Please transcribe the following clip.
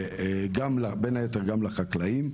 בין היתר גם לחקלאים.